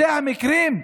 אלה המקרים.